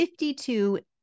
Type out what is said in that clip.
52